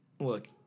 look